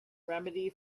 remedy